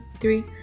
three